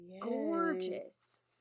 gorgeous